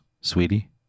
sweetie